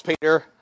Peter